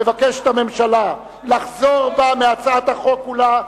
מבקשת הממשלה לחזור בה מהצעת החוק כולה.